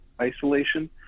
isolation